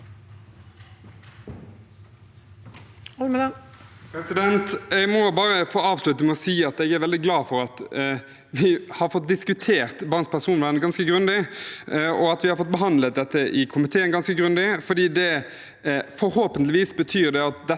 Jeg må bare få av- slutte med å si at jeg er veldig glad for at vi har fått diskutert barns personvern ganske grundig, og at vi har fått behandlet dette ganske grundig i komiteen. Forhåpentligvis betyr det at dette temaet får større oppmerksomhet